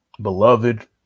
Beloved